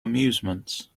amusements